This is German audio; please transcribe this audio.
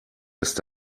lässt